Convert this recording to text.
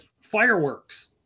Fireworks